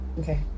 Okay